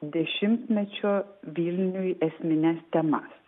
dešimtmečio vilniui esmines temas